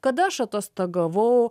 kada aš atostogavau